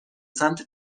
سمت